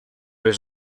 was